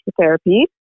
therapy